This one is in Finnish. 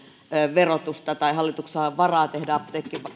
verotusta tai hallituksella on varaa tehdä